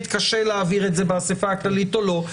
קשה להעביר את זה באספה הכללית או לא,